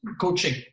coaching